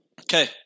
Okay